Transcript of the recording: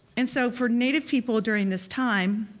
and so for native people during this time,